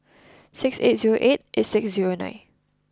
six eight zero eight eight six zero nine